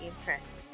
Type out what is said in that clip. interest